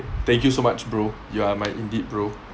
thank you so much bro you are my indeed bro